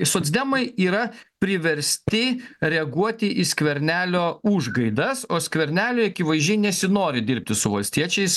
socdemai yra priversti reaguoti į skvernelio užgaidas o skverneliui akivaizdžiai nesinori dirbti su valstiečiais